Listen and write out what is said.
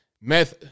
meth